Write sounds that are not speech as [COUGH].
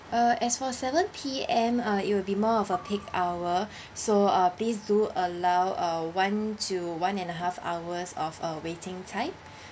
uh as for seven P_M uh it will be more of uh peak hour [BREATH] so uh please do allow uh one to one and half hour of uh waiting time